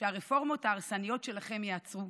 שהרפורמות ההרסניות שלכם ייעצרו,